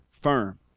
firm